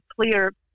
clear